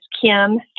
Kim